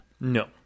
No